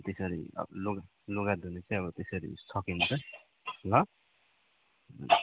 त्यसरी लुगा धुने चाहिँ अब त्यसरी सकिन्छ ल